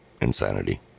insanity